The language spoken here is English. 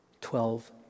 Twelve